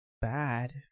bad